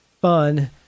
fun